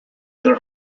their